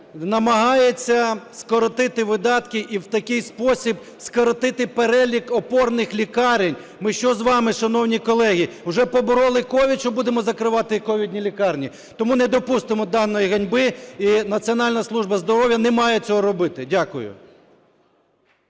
намагається скоротити видатки і в такий спосіб скоротити перелік опорних лікарень. Ми що з вами, шановні колеги, вже побороли COVID, що будемо закривати ковідні лікарні? Тому недопустимо даної ганьби і Національна служба здоров'я не має цього робити. Дякую.